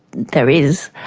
there is.